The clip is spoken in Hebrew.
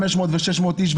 500 ו-600 איש,